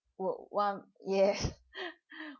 w~ what yes